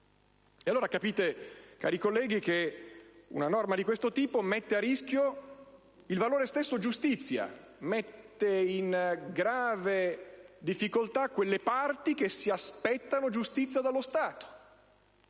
allora, cari colleghi, che una norma di questo tipo mette a rischio il valore stesso giustizia, mette in grave difficoltà quelle parti che si aspettano giustizia dallo Stato,